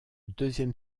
deuxième